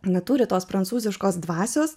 neturi tos prancūziškos dvasios